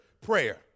Prayer